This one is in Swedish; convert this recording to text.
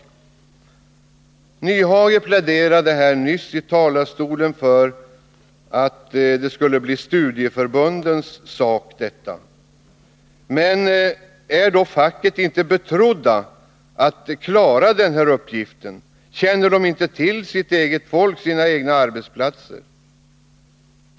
Hans Nyhage pläderade nyss i talarstolen för att detta skulle bli studieförbundens sak. Men är då facket inte betrott att klara den här uppgiften? Känner det inte till sitt eget folk och sina egna arbetsplatser?